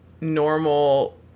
normal